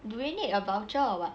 do we need a voucher or what